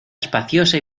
espaciosa